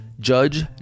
Judge